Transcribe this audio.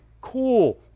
cool